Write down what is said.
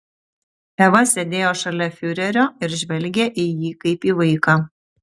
eva sėdėjo šalia fiurerio ir žvelgė į jį kaip į vaiką